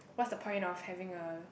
what's the point of having a